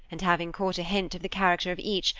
and having caught a hint of the character of each,